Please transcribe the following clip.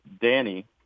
Danny